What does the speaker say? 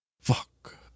fuck